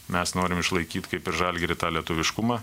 mes norim išlaikyt kaip ir žalgiry tą lietuviškumą